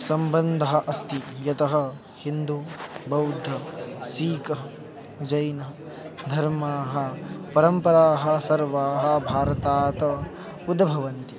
सम्बन्धः अस्ति यतः हिन्दुः बौद्धः सीखः जैनः धर्मपरम्पराः सर्वाः भारतात् उद्भवन्ति